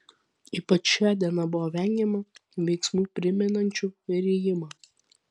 ypač šią dieną buvo vengiama veiksmų primenančių rijimą